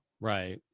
right